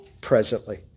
presently